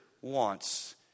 wants